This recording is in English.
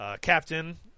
captain